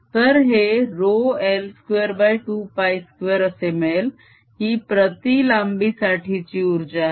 तर हे ρI22 π2 असे मिळेल ही प्रती लांबी साठीची उर्जा आहे